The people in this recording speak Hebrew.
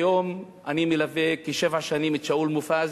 כיום אני מלווה כשבע שנים את שאול מופז,